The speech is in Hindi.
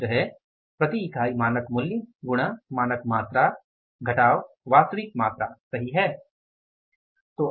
सूत्र है प्रति इकाई मानक मूल्य गुणा मानक मात्रा वास्तविक मात्रा सही है